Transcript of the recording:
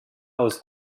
aus